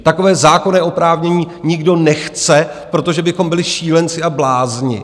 Takové zákonné oprávnění nikdo nechce, protože bychom byli šílenci a blázni.